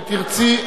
אם תרצי,